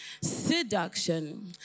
Seduction